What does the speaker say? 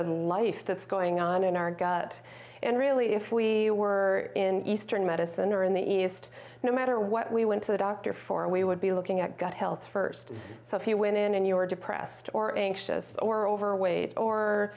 other life that's going on in our gut and really if we were in eastern medicine or in the east no matter what we went to the doctor for we would be looking at got health first so if you went in and you were depressed or anxious or overweight or